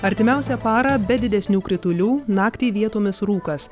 artimiausią parą be didesnių kritulių naktį vietomis rūkas